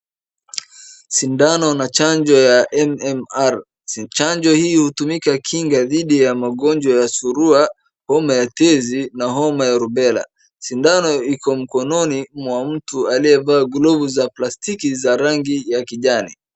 Sindano na chanjo ya MMR. Chanjo hio hutumika kinga dhidi ya magonjwa ya surua, homa ya tezi na homa ya rubela. Sindano iko mkononi mwa mtu aliyevaa glovu za plastiki za rangi ya kijani.